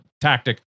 tactic